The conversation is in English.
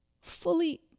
fully